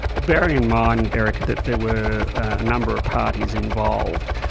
well bearing in mind, erica, that there were a number of parties involved,